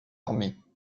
armée